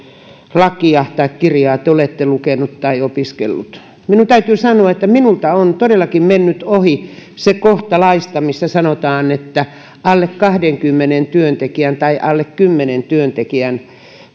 lakia tai kirjaa te te olette lukenut tai opiskellut minun täytyy sanoa että minulta on todellakin mennyt ohi se kohta laista missä sanotaan että alle kahdenkymmenen työntekijän tai alle kymmenen työntekijän